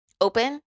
open